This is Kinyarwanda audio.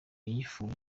yifuza